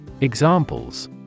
Examples